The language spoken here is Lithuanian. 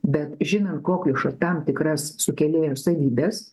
bet žinant kokliušą tam tikras sukėlėjo savybės